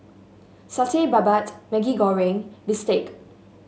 Satay Babat Maggi Goreng bistake